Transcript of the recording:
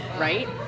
right